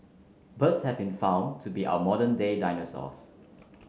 birds have been found to be our modern day dinosaurs